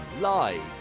live